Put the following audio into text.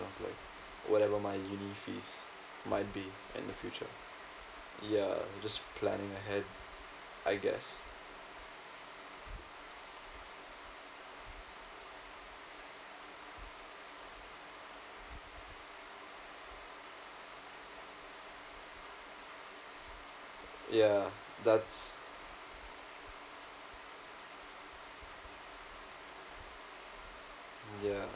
like whatever my uni fees might be in the future yeah just planning ahead I guess yeah that's yeah